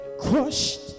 crushed